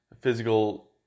physical